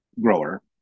grower